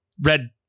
red